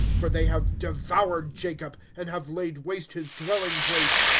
for they have devoured jncob, and have laid waste his dwelling-place,